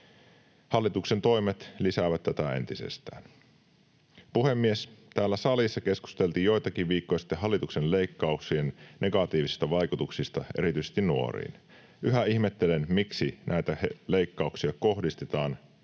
Hallituksen toimet lisäävät tätä entisestään. Puhemies! Täällä salissa keskusteltiin joitakin viikkoja sitten hallituksen leikkauksien negatiivisista vaikutuksista erityisesti nuoriin. Yhä ihmettelen, miksi näitä leikkauksia kohdistetaan